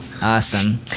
awesome